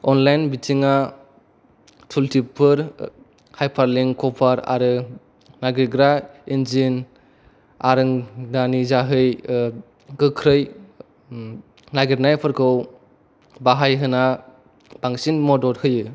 online बिथिङा टुलटिपफोर हायपारलिंकफोर आरो नागिरग्रा इन्जिन आरोंदानि जोहै गोख्रै नागिरनायफोरखौ बाहायहोना बांसिन मदद होयो